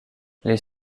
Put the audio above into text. les